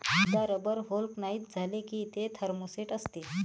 एकदा rubber vulcanize झाले की ते थर्मोसेट असते